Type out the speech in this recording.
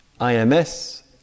IMS